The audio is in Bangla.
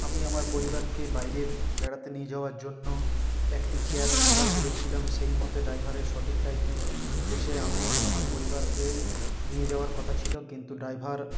আমি আমার পরিবারকে বাইরে বেড়াতে নিয়ে যাওয়ার জন্য একটি ক্যাব ভাড়া করেছিলাম সেই মতে ড্রাইভারের সঠিক টাইমে এসে আমি এবং আমার পরিবারকে নিয়ে যাওয়ার কথা ছিল কিন্তু ড্রাইভার